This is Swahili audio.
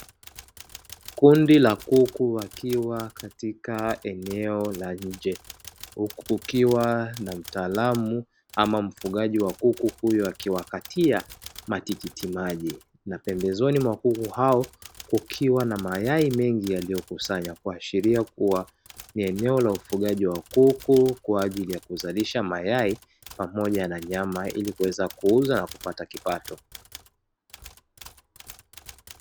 Kundi la kuku wakiwa katika eneo la nje, huku kukiwa na mtaalamu ama mfugaji wa kuku huyo akiwakatia matikiti maji na pembezoni mwa kuku hao kukiwa na mayai mengi yaliyokusanywa, kuashiria kuwa ni eneo la ufugaji wa kuku kwa ajili ya kuzalisha mayai pamoja na nyama ili kuweza kuuza na kupata kipato.